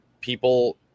people